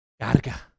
carga